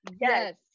Yes